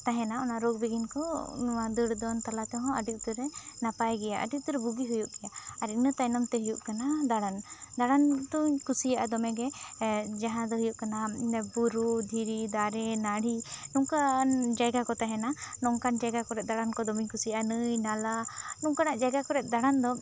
ᱛᱟᱦᱮᱱᱟ ᱚᱱᱟ ᱨᱳᱜᱽ ᱵᱤᱦᱤᱱ ᱠᱚ ᱱᱚᱣᱟ ᱫᱟᱹᱲ ᱫᱚᱱ ᱛᱟᱞᱟ ᱛᱮᱦᱚᱸ ᱟᱹᱰᱤ ᱩᱛᱟᱹᱨ ᱱᱟᱯᱟᱭ ᱜᱮᱭᱟ ᱟᱹᱰᱤ ᱩᱛᱟᱹᱨ ᱵᱩᱜᱤ ᱦᱩᱭᱩᱜ ᱜᱮᱭᱟ ᱟᱨ ᱤᱱᱟᱹ ᱛᱟᱭᱱᱚᱢ ᱛᱮ ᱦᱩᱭᱩᱜ ᱠᱟᱱᱟ ᱫᱟᱬᱟᱱ ᱫᱟᱬᱟᱱ ᱫᱚᱹᱧ ᱠᱩᱥᱤᱭᱟᱜ ᱫᱚᱢᱮ ᱜᱮ ᱡᱟᱦᱟᱸ ᱫᱚ ᱦᱩᱭᱩᱜ ᱠᱟᱱᱟ ᱵᱩᱨᱩ ᱫᱷᱤᱨᱤ ᱫᱟᱨᱮ ᱱᱟᱹᱲᱤ ᱱᱚᱝᱠᱟᱱ ᱡᱟᱭᱜᱟ ᱫᱚ ᱛᱟᱦᱮᱱᱟ ᱱᱚᱝᱠᱟᱱ ᱡᱟᱭᱜᱟ ᱠᱚᱨᱮ ᱫᱟᱬᱟᱱ ᱠᱚ ᱫᱚᱢᱮᱧ ᱠᱩᱥᱤᱭᱟᱜᱼᱟ ᱱᱟᱹᱭ ᱱᱟᱞᱟ ᱱᱚᱝᱠᱟᱱᱟᱜ ᱡᱟᱭᱜᱟ ᱠᱚᱨᱮ ᱫᱟᱬᱟᱱ ᱫᱚ ᱟᱹᱰᱤ